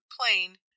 plain